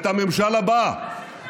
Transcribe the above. את הממשל הבא,